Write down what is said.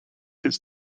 his